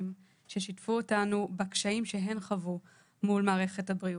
ששיתפו אותנו בקשיים שהן חוו מול מערכת הבריאות.